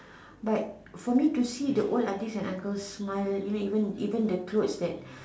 but for me to see the old aunties and uncles smile you know even even the clothes that